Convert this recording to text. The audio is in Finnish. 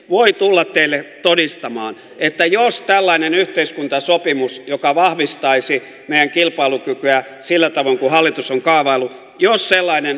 voi tulla teille todistamaan että jos tällainen yhteiskuntasopimus joka vahvistaisi meidän kilpailukykyä sillä tavoin kuin hallitus on kaavaillut